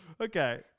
Okay